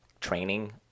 training